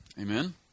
Amen